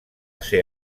ser